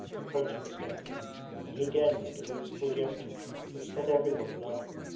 approaching ustenka and he again made a whimsical gesture which set everybody laughing,